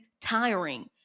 tiring